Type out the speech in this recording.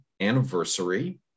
anniversary